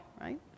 right